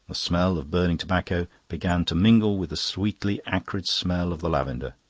the smell of burning tobacco began to mingle with the sweetly acrid smell of the lavender.